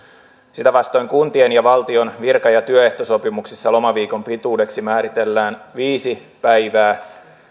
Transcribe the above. sitä vastoin kuntien ja valtion virka ja työehtosopimuksissa lomaviikon pituudeksi määritellään viisi päivää